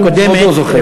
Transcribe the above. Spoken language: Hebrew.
לפחות הוא זוכר.